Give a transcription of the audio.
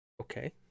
Okay